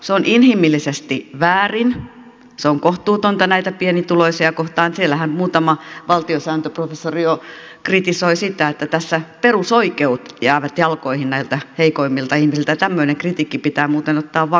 se on inhimillisesti väärin se on kohtuutonta näitä pienituloisia kohtaan siellähän muutama valtiosääntöprofessori jo kritisoi sitä että tässä perusoikeudet jäävät jalkoihin näiltä heikoimmilta ihmisiltä ja tämmöinen kritiikki pitää muuten ottaa vakavasti